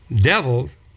Devils